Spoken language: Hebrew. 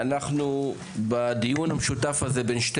אנחנו בדיון המשותף הזה בין שתי